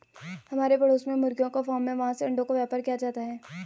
हमारे पड़ोस में मुर्गियों का फार्म है, वहाँ से अंडों का व्यापार किया जाता है